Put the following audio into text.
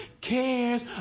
cares